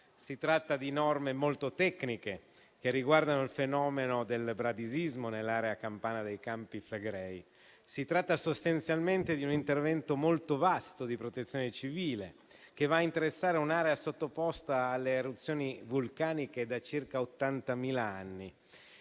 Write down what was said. Si tratta di norme molto tecniche che riguardano il fenomeno del bradisismo nell'area campana dei Campi Flegrei. È un intervento molto vasto di protezione civile che va a interessare un'area sottoposta alle eruzioni vulcaniche da circa ottantamila